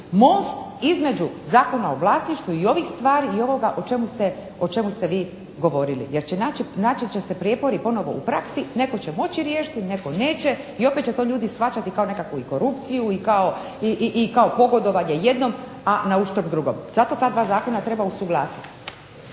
most između Zakona o vlasništvu i ovih stvari i ovoga o čemu ste vi govorili jer naći će se prijepori ponovo u praksi, netko će moći riješiti, netko neće i opet će to ljudi shvaćati kao nekakvu i korupciju i kao pogodovanje jednom, a na uštrb drugog. Zato ta dva zakona treba usuglasiti.